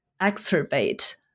exacerbate